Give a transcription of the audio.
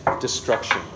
destruction